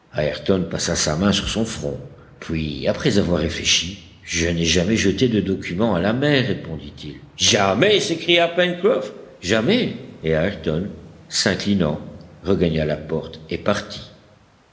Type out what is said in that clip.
passa sa main sur son front puis après avoir réfléchi je n'ai jamais jeté de document à la mer répondit-il jamais s'écria pencroff jamais et ayrton s'inclinant regagna la porte et partit